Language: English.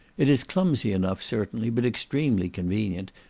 it is clumsy enough, certainly, but extremely convenient,